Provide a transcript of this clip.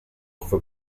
for